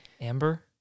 Amber